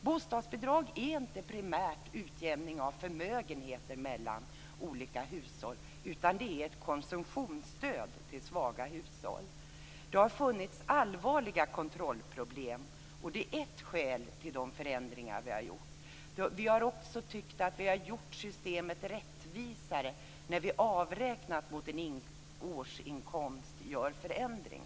Bostadsbidrag är inte primärt en utjämning av förmögenheter mellan olika hushåll, utan det är ett konsumtionsstöd till svaga hushåll. Det har funnits allvarliga kontrollproblem, och det är ett skäl till de förändringar vi har gjort. Vi har också tyckt att vi har gjort systemet rättvisare när vi avräknat mot en årsinkomst som inneburit en förändring.